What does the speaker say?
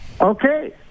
Okay